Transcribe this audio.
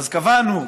קבענו,